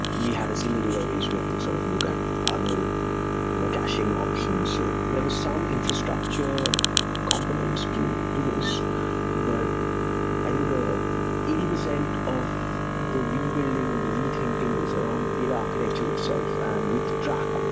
we had a single database, we have to sort of look at other caching options. so there was some infrastructure components to do, this but i think the eighty percent of the rebuilding and the rethinking was around the data architecture itself. and with track,